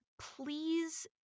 please